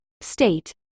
state